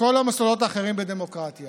"בדמוקרטיה